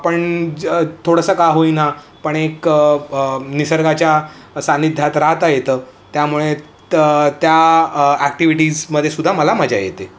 आपण ज थोडंसं का होईना पण एक निसर्गाच्या सानिध्यात राहता येतं त्यामुळे त त्या ॲक्टिव्हिटीजमध्ये सुद्धा मला मजा येते